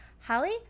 holly